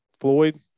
Floyd